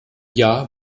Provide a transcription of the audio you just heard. jahr